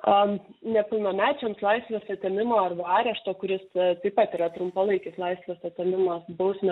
nepilnamečiams laisvės atėmimo arba arešto kuris taip pat yra trumpalaikis laisvės atėmimas bausmė